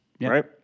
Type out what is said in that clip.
right